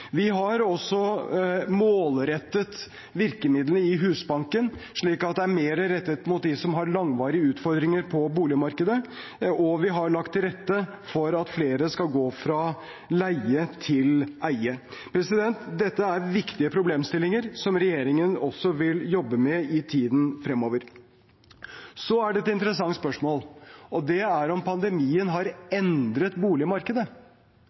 Vi har også målrettet virkemidlene i Husbanken slik at de er mer rettet mot dem som har langvarige utfordringer på boligmarkedet, og vi har lagt til rette for at flere skal gå fra leie til eie. Dette er viktige problemstillinger som regjeringen også vil jobbe med i tiden fremover. Så er det et interessant spørsmål om pandemien har endret boligmarkedet.